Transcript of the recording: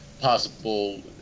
possible